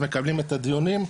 מקבלים את הדיונים,